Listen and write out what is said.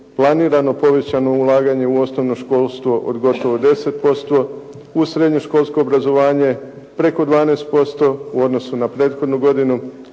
planirano povećano ulaganje u osnovno školstvo od gotovo 10%, u srednjoškolsko obrazovanje preko 12% u odnosu na prethodnu godinu,